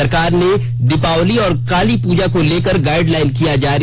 सरकार ने दीपावली और काली पूजा को लेकर गाइडलाइन किया जारी